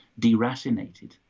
deracinated